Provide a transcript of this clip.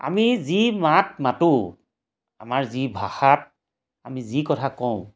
আমি যি মাত মাতোঁ আমাৰ যি ভাষাত আমি যি কথা কওঁ